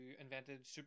invented